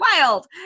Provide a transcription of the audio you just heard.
Wild